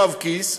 יואב קיש,